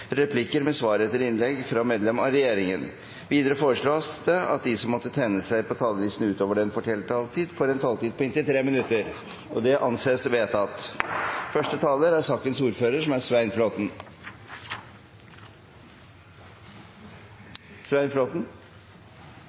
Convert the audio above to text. replikker med svar etter innlegg fra medlemmer av regjeringen. Videre foreslås det at de som måtte tegne seg på talerlisten utover den fordelte taletid, får en taletid på inntil 3 minutter. – Det anses vedtatt. Jeg tar ordet til finansmarkedsmeldingen. Vi er alle enige om at velfungerende finansmarkeder er